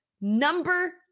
number